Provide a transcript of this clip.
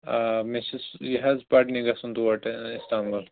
آ مےٚ چھُ یہِ حظ پرنہِ گژھُن تور اِستانٛمبُل